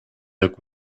wieder